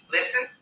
Listen